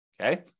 okay